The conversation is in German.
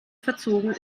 verzogen